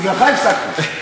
בגללך הפסקתי.